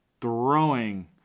throwing